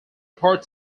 part